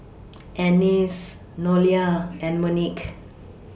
Annice Nolia and Monique